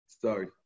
sorry